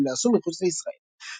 גם אם נעשו מחוץ לישראל.